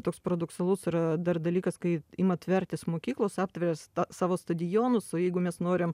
toks paradoksalus ir dar dalykas kai ima tvertis mokyklos aptveria savo stadionus o jeigu mes norim